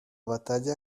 batalla